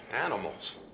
animals